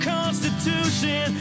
Constitution